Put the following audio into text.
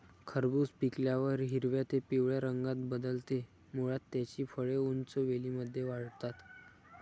खरबूज पिकल्यावर हिरव्या ते पिवळ्या रंगात बदलते, मुळात त्याची फळे उंच वेलींमध्ये वाढतात